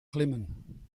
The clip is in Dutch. glimmen